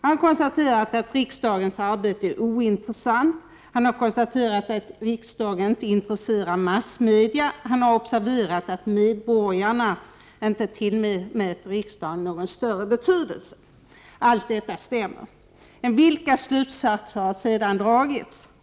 Han har konstaterat att riksdagens arbete är ointressant. Han har konstaterat att riksdagen inte intresserar massmedia. Han har observerat att medborgarna inte tillmäter riksdagen någon större betydelse. Allt detta stämmer. Men vilka slutsatser har sedan dragits?